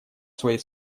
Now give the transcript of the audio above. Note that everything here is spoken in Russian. своей